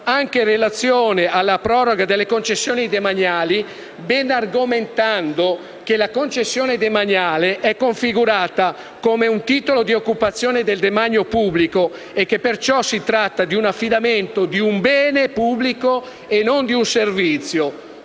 anche in relazione alla proroga delle concessioni demaniali, ben argomentando che la concessione demaniale è configurata come un titolo di occupazione del demanio pubblico e che perciò si tratta di un affidamento di un bene pubblico e non di un servizio.